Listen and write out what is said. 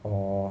orh